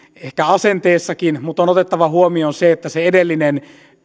ehkä asenteessakin mutta on otettava huomioon se että se edellinen